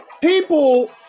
people